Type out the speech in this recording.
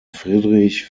friedrich